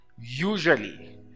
usually